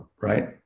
right